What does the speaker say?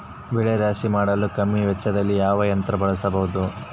ಬೆಳೆ ರಾಶಿ ಮಾಡಲು ಕಮ್ಮಿ ವೆಚ್ಚದಲ್ಲಿ ಯಾವ ಯಂತ್ರ ಬಳಸಬಹುದು?